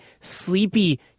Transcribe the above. sleepy